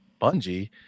Bungie